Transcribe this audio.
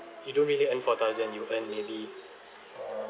you don't really earn four thousand you earn maybe uh